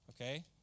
Okay